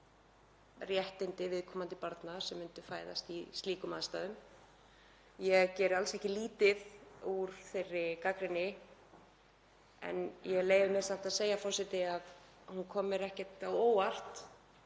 réttindi viðkomandi barna sem fæðast í slíkum aðstæðum. Ég geri alls ekki lítið úr þeirri gagnrýni en ég leyfi mér samt að segja, forseti, að það kom mér ekkert á óvart.